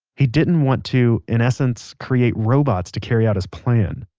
he didn't want to, in essence, create robots to carry out his plan.